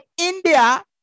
india